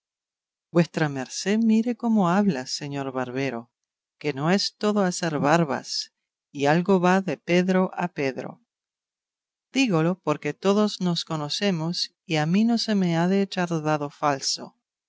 vuestra merced mire cómo habla señor barbero que no es todo hacer barbas y algo va de pedro a pedro dígolo porque todos nos conocemos y a mí no se me ha de echar dado falso